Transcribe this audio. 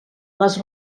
les